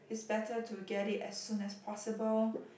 it's better to get it as soon as possible